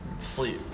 sleep